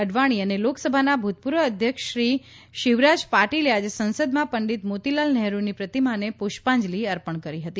અડવાણી અને લોક્સભાના ભૂતપૂર્વ અધ્યક્ષ શ્રી શિવરાજ પાટીલે આજે સંસદમાં પંડિત મોતીલાલ નહેરૂની યતિમાને પુષ્પાંજલી અર્પણ કરી હતી